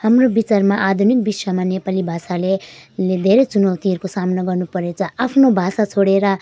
हाम्रो विचारमा आधुनिक विश्वमा नेपाली भाषाले ले धेरै चुनौतीहरूको सामना गर्नु परिरहेछ आफ्नो भाषा छोडेर